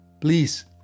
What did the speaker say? please